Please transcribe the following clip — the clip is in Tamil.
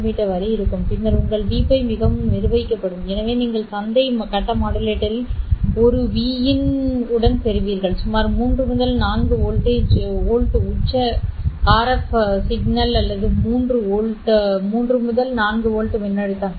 மீ வரை இருக்கும் பின்னர் உங்கள் Vπ மிகவும் நிர்வகிக்கப்படும் எனவே நீங்கள் சந்தை கட்ட மாடுலேட்டரில் ஒரு V in உடன் பெறுவீர்கள் சுமார் 3 முதல் 4 வோல்ட் உச்ச RF சமிக்ஞை அல்லது 3 முதல் 4 வோல்ட் மின்னழுத்தங்கள்